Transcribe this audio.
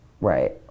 Right